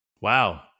Wow